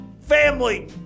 Family